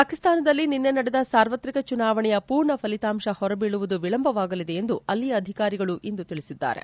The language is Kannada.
ಪಾಕಿಸ್ತಾನದಲ್ಲಿ ನಿನ್ನೆ ನಡೆದ ಸಾರ್ವತ್ರಿಕ ಚುನಾವಣೆಯ ಪೂರ್ಣ ಫಲಿತಾಂಶ ಹೊರಬಿಳುವುದು ವಿಳಂಬವಾಗಲಿದೆ ಎಂದು ಅಲ್ಲಿಯ ಅಧಿಕಾರಿಗಳು ಇಂದು ತಿಳಿಸಿದ್ದಾರೆ